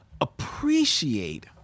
appreciate